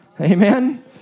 Amen